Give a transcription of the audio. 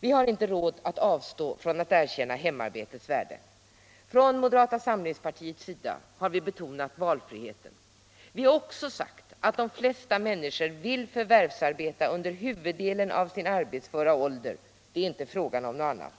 Vi har inte råd att avstå från att erkänna hemarbetets värde. Från moderata samlingspartiets sida har vi betonat valfriheten. Vi har också sagt att de flesta människor vill förvärvsarbeta under huvuddelen av sin arbetsföra ålder - det är inte fråga om något annat.